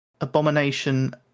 abomination